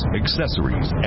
accessories